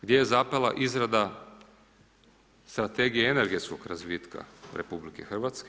Gdje je zapela izrada strategije energetskog razvitka RH?